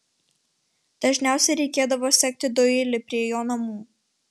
dažniausiai reikėdavo sekti doilį prie jo namų